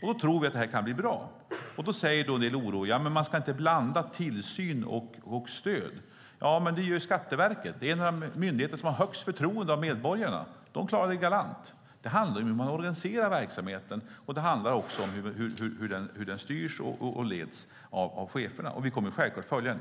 Då tror vi att detta kan bli bra. Då säger en del som är oroliga att man inte ska blanda tillsyn och stöd. Men det gör Skatteverket som är en av de myndigheter som har högst förtroende bland medborgarna. Skatteverket klarar det galant. Det handlar om hur man organiserar verksamheten och hur den styrs och leds av cheferna. Vi kommer självklart att följa den.